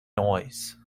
noise